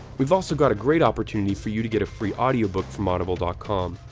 we've also got a great opportunity for you to get a free audiobook from audible ah com,